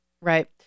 Right